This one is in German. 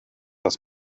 das